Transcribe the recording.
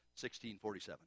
1647